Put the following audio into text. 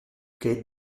che